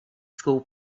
school